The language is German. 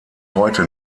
heute